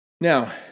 Now